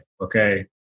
okay